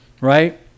right